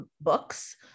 books